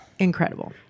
Incredible